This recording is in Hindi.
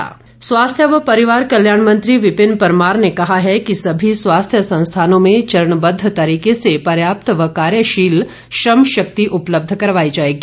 विपिन परमार स्वास्थ्य व परिवार कल्याण मंत्री विपिन परमार ने कहा है कि सभी स्वास्थ्य संस्थानों में चरणबद्व तरीके से पर्याप्त व कार्यशील श्रम शक्ति उपलब्ध करवाई जाएगी